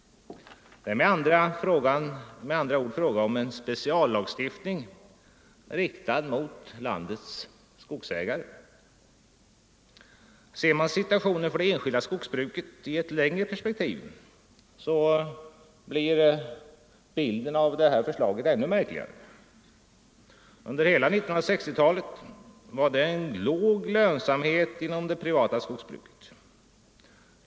Det är med andra ord fråga om en speciallagstiftning riktad mot landets skogsägare. Ser man situationen för det enskilda skogsbruket i ett längre perspektiv, så blir bilden ännu märkligare. Under hela 1960-talet var det en låg lönsamhet inom det privata skogsbruket.